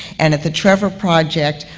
and at the trevor project,